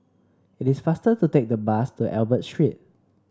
it is faster to take the bus to Albert Street